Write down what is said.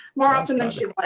more often than